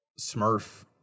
Smurf